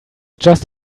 just